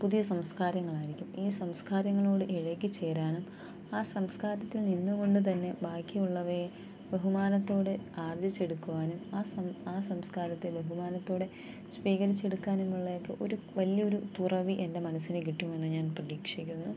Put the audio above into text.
പുതിയ സംസ്കാരങ്ങളായിരിക്കും ഈ സംസ്കാരങ്ങളോട് ഇഴകി ചേരാനും ആ സംസ്കാരത്തിൽ നിന്ന് കൊണ്ട് തന്നെ ബാക്കിയുള്ളവയെ ബഹുമാനത്തോടെ ആർജ്ജിച്ചെടുക്കുവാനും ആ ആ സംസ്കാരത്തെ ബഹുമാനത്തോടെ സ്വീകരിച്ചെടുക്കാനുമുള്ള ഒരു വലിയ ഒരു തുറവി എൻ്റെ മനസ്സിന് കിട്ടുമെന്ന് ഞാൻ പ്രതീക്ഷിക്കുന്നു